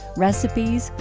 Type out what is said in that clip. recipes,